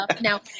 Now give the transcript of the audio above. Now